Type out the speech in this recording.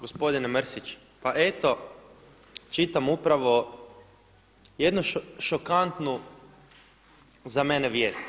Gospodine Mrsić, pa eto čitam upravo jednu šokantnu za mene vijest.